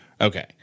Okay